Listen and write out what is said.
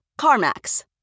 CarMax